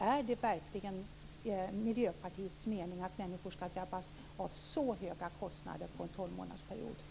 Är det verkligen Miljöpartiets mening att människor skall drabbas av så höga kostnader på en tolvmånadersperiod?